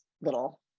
little